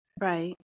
right